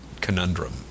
conundrum